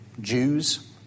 Jews